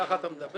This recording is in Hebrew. ככה אתה מדבר?